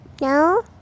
no